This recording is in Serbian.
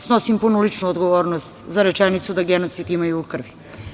Snosim punu ličnu odgovornost za rečenicu - da genocid imaju u krvi.